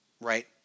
right